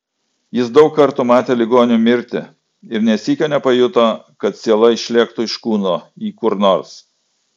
jis daug kartų matė ligonių mirtį ir nė sykio nepajuto kad siela išlėktų iš kūno į kur nors